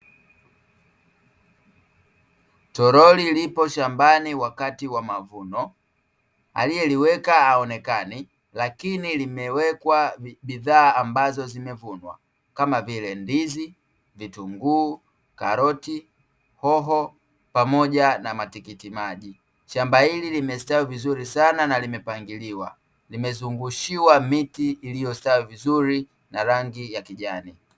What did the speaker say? Toroli lipo shambani wakati wa mavuno aliyeliweka haonekani, lakini limewekwa bidhaa ambazo zimevunwa kama vile: ndizi, vitunguu, karoti, hoho pamoja matikiti maji, shamba hili limestawi vizuri sana na limepangiliwa, limezungushiwa miti iliyostawi vizuri na rangi ya kijani.